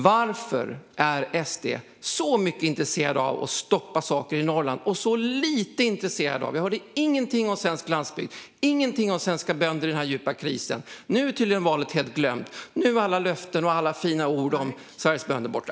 Varför är SD så intresserade av att stoppa saker i Norrland och så ointresserade av bönderna? Jag hörde ingenting från Oscar Sjöstedt om svensk landsbygd och den djupa krisen för svenska bönder. Nu är tydligen valet helt glömt. Nu är alla löften och alla fina ord om Sveriges bönder borta.